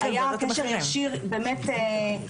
היה קשר ישיר שוטף,